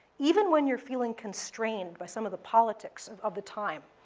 even when you're feeling constrained by some of the politics of of the time,